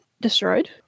destroyed